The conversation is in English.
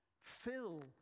Fill